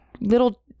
little